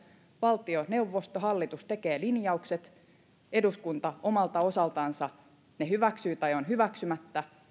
valtioneuvosto hallitus tekee linjaukset ja eduskunta omalta osaltansa ne hyväksyy tai on hyväksymättä